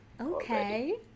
Okay